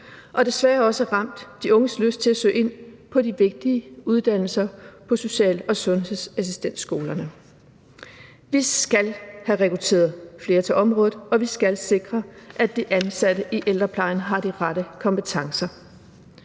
og desværre også ramt de unges lyst til at søge ind på de vigtige uddannelser på social- og sundhedsassistentskolerne. Vi skal have rekrutteret flere til området, og vi skal sikre, at de ansatte i ældreplejen har de rette kompetencer.